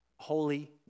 Holy